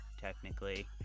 technically